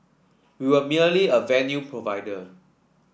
we were merely a venue provider